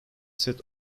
set